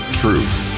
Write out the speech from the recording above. truth